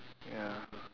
ya